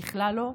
בכלל לא.